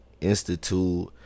Institute